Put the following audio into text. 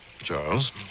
Charles